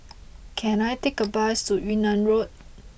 can I take a bus to Yunnan Road